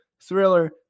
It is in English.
thriller